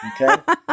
Okay